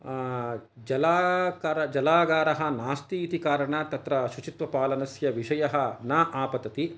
जलाकार जलागारः नास्ति इति कारणात् तत्र शुचित्वपालनस्य विषयः न आपतति